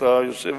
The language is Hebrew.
שאתה יושב,